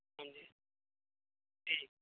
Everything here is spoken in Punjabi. ਹਾਂਜੀ ਠੀਕ